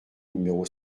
numéro